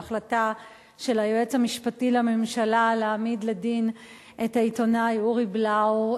ההחלטה של היועץ המשפטי לממשלה להעמיד לדין את העיתונאי אורי בלאו,